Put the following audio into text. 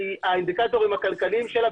האינדיקטורים הכלכליים שלה,